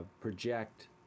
project